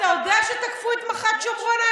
אתה יודע שתקפו היום את מח"ט שומרון,